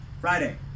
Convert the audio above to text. friday